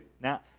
Now